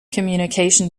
communication